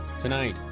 Tonight